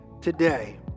today